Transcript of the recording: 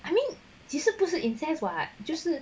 I mean 即使不是 incest [what] 就是